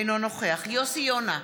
אינו נוכח יוסי יונה,